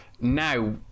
Now